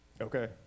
Okay